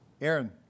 Aaron